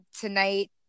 tonight